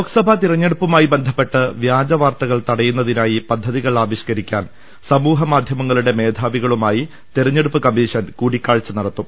ലോക്സഭ തെരഞ്ഞെടുപ്പുമായി ബന്ധപ്പെട്ട് വ്യാജ വാർത്തകൾ തടയുന്നതിനായി പദ്ധതികൾ ആവിഷ്കരിക്കാൻ് സമൂഹ മാധ്യമങ്ങളുടെ മേധാവികളുമായി തെരഞ്ഞെടുപ്പ് കമീഷൻ കൂടികാഴ്ച നടത്തും